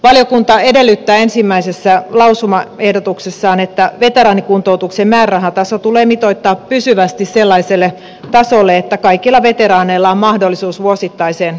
valiokunta edellyttää ensimmäisessä lausumaehdotuksessaan että veteraanikuntoutuksen määrärahataso mitoitetaan pysyvästi sellaiselle tasolle että kaikilla veteraaneilla on mahdollisuus vuosittaiseen kuntoutukseen